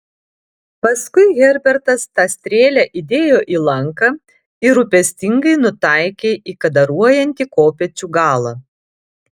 paskui herbertas tą strėlę įdėjo į lanką ir rūpestingai nutaikė į kadaruojantį kopėčių galą